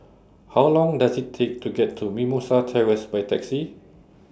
How Long Does IT Take to get to Mimosa Terrace By Taxi